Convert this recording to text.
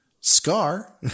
Scar